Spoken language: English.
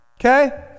Okay